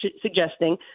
suggesting